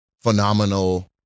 phenomenal